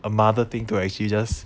a mother thing to actually just